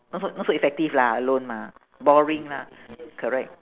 not so not so effective lah alone mah boring lah correct